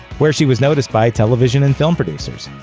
where she was noticed by television and film producers.